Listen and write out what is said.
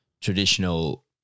traditional